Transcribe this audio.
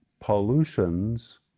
pollutions